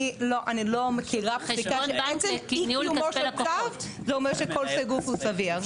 אי קיום של צו זה אומר שכל סירוב הוא סביר.